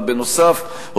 נוסף על כך,